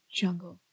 jungle